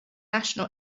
national